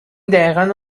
دقیقا